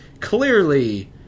clearly